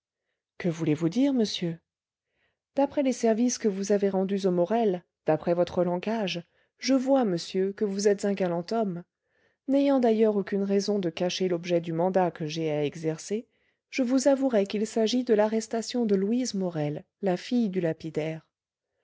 que voulez-vous dire monsieur d'après les services que vous avez rendus aux morel d'après votre langage je vois monsieur que vous êtes un galant homme n'ayant d'ailleurs aucune raison de cacher l'objet du mandat que j'ai à exercer je vous avouerai qu'il s'agit de l'arrestation de louise morel la fille du lapidaire